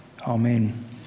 Amen